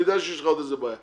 אני יודע שיש לך עוד איזה בעיה.